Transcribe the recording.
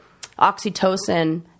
oxytocin—